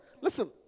Listen